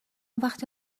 وقتی